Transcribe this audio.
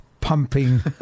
pumping